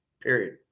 period